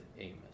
amos